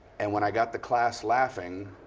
and when i got the class laughing,